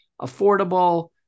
affordable